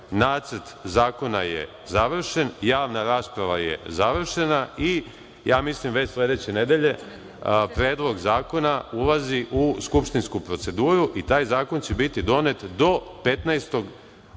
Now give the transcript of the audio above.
Nacrt zakona je završen, javna rasprava je završena i ja mislim već sledeće nedelje Predlog zakona ulazi u skupštinsku proceduru i taj zakon će biti donet do 15.